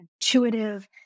intuitive